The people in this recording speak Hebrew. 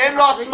שאין לו הסמכה